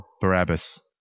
Barabbas